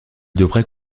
devrait